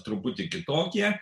truputį kitokie